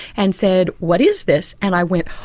and said, what is this? and i went,